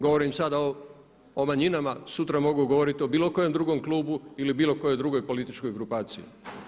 Govorim sada o manjinama, sutra mogu govoriti o bilo kojem drugom klubu ili bilo kojoj drugoj političkoj grupaciji.